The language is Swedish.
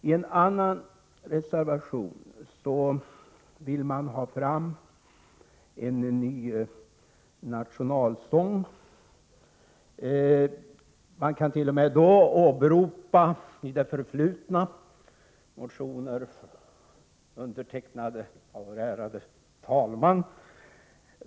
I en annan reservation vill man ha fram en ny nationalsång. Man kan i den frågan åberopa motioner i det förflutna, t.o.m. undertecknade av vår ärade talman.